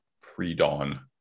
pre-dawn